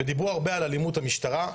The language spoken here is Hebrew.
דיברו הרבה על אלימות המשטרה,